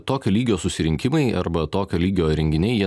tokio lygio susirinkimai arba tokio lygio renginiai jie